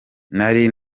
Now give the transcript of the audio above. nari